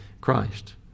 Christ